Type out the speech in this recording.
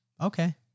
Okay